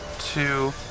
two